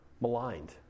maligned